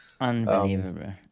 unbelievable